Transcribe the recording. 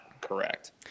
correct